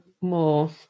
more